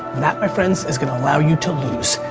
that, my friends, is going to allow you to lose.